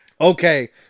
Okay